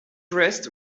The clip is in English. rests